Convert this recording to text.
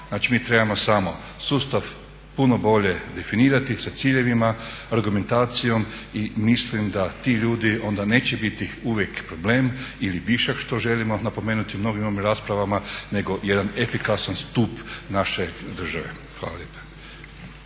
Znači, mi trebamo samo sustav puno bolje definirati sa ciljevima, argumentacijom i mislim da ti ljudi onda neće biti uvijek problem ili višak što želimo napomenuti u mnogim raspravama, nego jedan efikasan stup naše države. Hvala